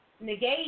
negate